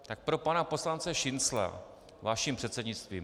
Tak pro pana poslance Šincla vaším předsednictvím.